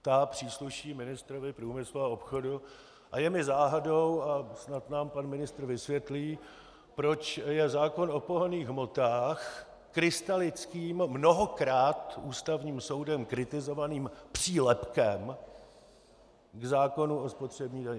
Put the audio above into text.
Ta přísluší ministrovi průmyslu a obchodu a je mi záhadou, a snad nám pan ministr vysvětlí, proč je zákon o pohonných hmotách krystalickým, mnohokrát Ústavním soudem kritizovaným přílepkem k zákonu o spotřební dani.